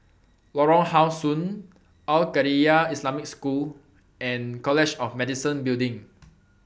Lorong How Sun Al Khairiah Islamic School and College of Medicine Building